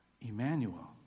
Emmanuel